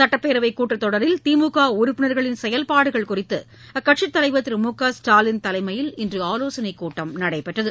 சுட்டப்பேரவைக் கூட்டத்தொடரில் திமுக உறுப்பினர்களின் செயல்பாடுகள் குறித்து அஅக்கட்சி தலைவர் திரு மு க ஸ்டாலின் தலைமையில் இன்று ஆலோசனைக் கூட்டம் நடைபெற்றது